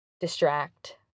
distract